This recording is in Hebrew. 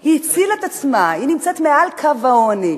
היא הצילה את עצמה, היא נמצאת מעל קו העוני.